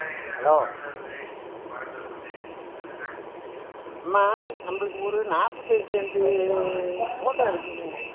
hello அம்மா நம்மளுக்கு ஒரு நாற்பத்தஞ்சி செண்டு தோட்டம் இருக்குதுங்க